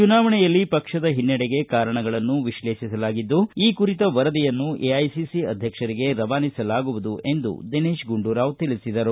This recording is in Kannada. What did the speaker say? ಚುನಾವಣೆಯಲ್ಲಿ ಪಕ್ಷದ ಹಿನ್ನೆಡೆಗೆ ಕಾರಣಗಳನ್ನು ವಿಶ್ಲೇಷಿಸಲಾಗಿದ್ದು ಈ ಕುರಿತ ವರದಿಯನ್ನು ಎಐಸಿಸಿ ಅಧ್ಯಕ್ಷರಿಗೆ ರವಾನಿಸಲಾಗುವುದು ಎಂದು ದಿನೇತ್ ಗುಂಡೂರಾವ್ ತಿಳಿಸಿದರು